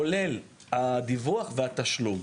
כולל הדיווח והתשלום.